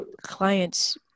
Clients